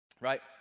Right